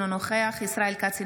אינו נוכח ישראל כץ,